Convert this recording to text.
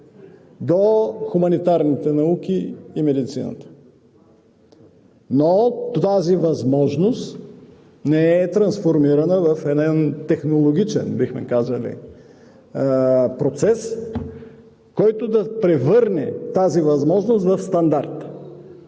до хуманитарните науки и медицината. Тази възможност обаче не е трансформирана в един технологичен процес, който да превърне тази възможност в стандарт,